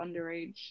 underage